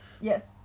Yes